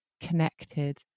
connected